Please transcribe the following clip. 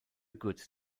good